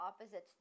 Opposites